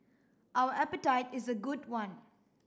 our appetite is a good one